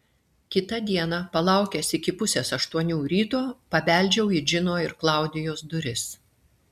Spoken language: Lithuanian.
kitą dieną palaukęs iki pusės aštuonių ryto pabeldžiau į džino ir klaudijos duris